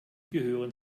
gehören